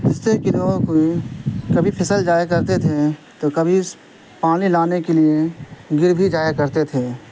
جس سے کہ لوگوں کی کبھی پھسل جایا کرتے تھے تو کبھی پانی لانے کے لیے گر بھی جایا کرتے تھے